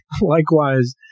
likewise